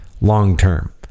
long-term